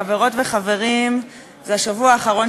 חברי חברי הכנסת,